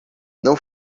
não